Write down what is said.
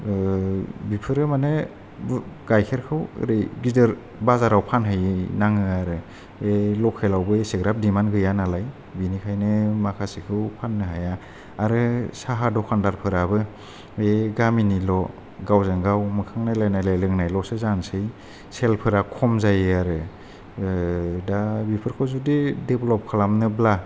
ओ बेफोरो मानि गायखेरखौ ओरै गिदिर बाजाराव फानहैनाङो आरो बे लकेलावबो एसेग्राब डिमान्ड गैया नालाय बिनिखायनो माखासेखौ फाननो हाया आरो साहा दखानदारफोराबो बे गामिनिल' गावजों गाव मोखां नायलाय नायलायल'सो जानोसै सेलफोरा खम जायो आरो ओ दा बेफोरखौ जुदि डेवेलप खालामनोब्ला